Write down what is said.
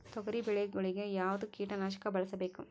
ತೊಗರಿಬೇಳೆ ಗೊಳಿಗ ಯಾವದ ಕೀಟನಾಶಕ ಬಳಸಬೇಕು?